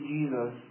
Jesus